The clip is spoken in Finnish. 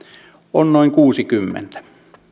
on noin kuudeskymmenes